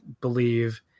believe